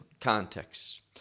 context